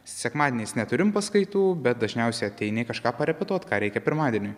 sekmadieniais neturim paskaitų bet dažniausiai ateini kažką parepetuot ką reikia pirmadieniui